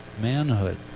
manhood